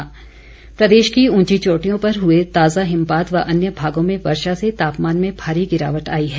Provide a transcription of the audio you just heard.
मौसम प्रदेश की ऊंची चोटियों पर हुए ताजा हिमपात व अन्य भागों में वर्षा से तापमान में भारी गिरावट आई है